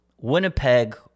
Winnipeg